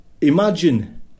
imagine